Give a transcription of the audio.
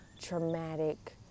traumatic